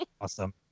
awesome